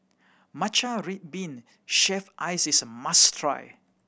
matcha red bean shaved ice is a must try